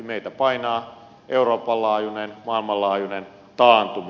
meitä painaa euroopan laajuinen maailmanlaajuinen taantuma